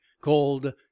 called